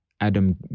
Adam